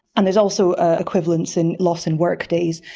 and there's also ah equivalence in loss in work days.